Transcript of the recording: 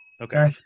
Okay